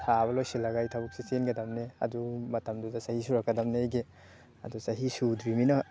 ꯊꯥꯕ ꯂꯣꯏꯁꯤꯜꯂꯒ ꯑꯩ ꯊꯕꯛꯁꯤ ꯆꯦꯟꯒꯗꯕꯅꯤ ꯑꯗꯨ ꯃꯇꯝꯗꯨꯗ ꯆꯍꯤ ꯁꯨꯔꯛꯀꯗꯕꯅꯤ ꯑꯩꯒꯤ ꯑꯗꯨ ꯆꯍꯤ ꯁꯨꯗ꯭ꯔꯤꯕꯅꯤꯅ